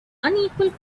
unequal